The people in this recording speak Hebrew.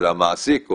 המעסיק,